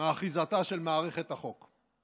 מאחיזתה של מערכת החוק.